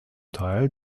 teil